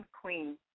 Queen